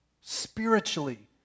spiritually